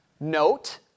Note